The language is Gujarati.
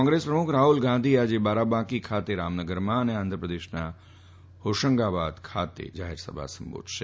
કોંગ્રેસ પ્રમુખ રાહ્લ ગાંધી આજે બારાબાકી ખાતે રામનગરમાં અને મધ્યપ્રદેશમાં હોશંગાબાદ ખાતે જાહેરસભા સંબોધશે